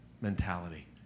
mentality